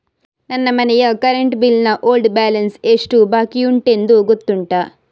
ನನ್ನ ಮನೆಯ current bill ನ ಓಲ್ಡ್ ಬ್ಯಾಲೆನ್ಸ್ ಎಷ್ಟು ಬಾಕಿಯುಂಟೆಂದು ಗೊತ್ತುಂಟ?